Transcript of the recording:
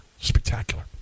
Spectacular